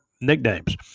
nicknames